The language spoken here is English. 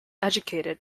educated